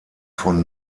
von